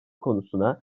konusuna